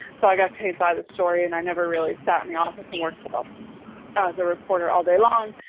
so i got paid by the story and i never really sat in the office and worked as a reporter all day long.